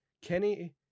Kenny